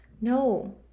no